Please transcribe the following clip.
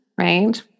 right